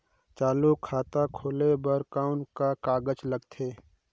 चालू खाता खोले बर कौन का कागजात लगथे?